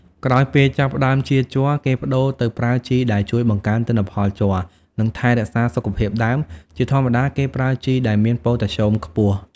ក្រោយពេលចាប់ផ្តើមចៀរជ័រ គេប្តូរទៅប្រើជីដែលជួយបង្កើនទិន្នផលជ័រ និងថែរក្សាសុខភាពដើម ជាធម្មតាគេប្រើជីដែលមានប៉ូតាស្យូមខ្ពស់។